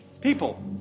people